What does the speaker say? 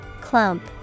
Clump